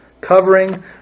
covering